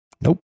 Nope